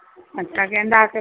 अच्छा गेंदासभ